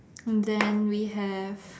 and then we have